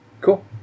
Cool